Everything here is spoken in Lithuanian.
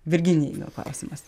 virginijai klausimas